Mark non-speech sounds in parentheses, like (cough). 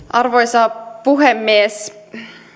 (unintelligible) arvoisa puhemies